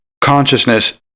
consciousness